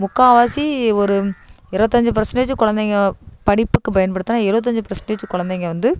முக்கால்வாசி ஒரு இருபத்தஞ்சு பர்சென்டேஜ் குலந்தைங்க படிப்புக்கு பயன்படுதுன்னால் எழுவத்தஞ்சு பர்சென்டேஜ் குலந்தைங்க வந்து